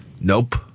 Nope